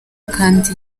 kandi